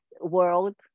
world